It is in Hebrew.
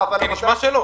נשמע שלא.